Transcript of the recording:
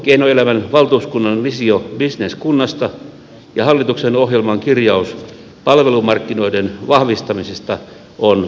elinkeinoelämän valtuuskunnan visio bisneskunnasta ja hallituksen ohjelman kirjaus palvelumarkkinoiden vahvistamisesta ovat etenemässä